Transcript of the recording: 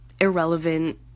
irrelevant